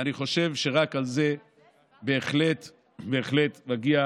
ואני חושב שרק על זה בהחלט בהחלט מגיע